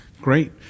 Great